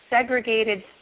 segregated